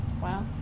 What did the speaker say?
Wow